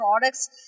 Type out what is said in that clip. products